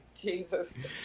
Jesus